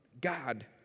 God